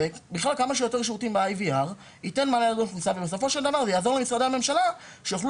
ובכלל כמה שיותר שירותים ב-IVR יעזור בסופו של דבר למשרדי הממשלה שיוכלו